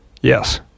yes